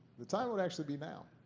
the time would actually be now.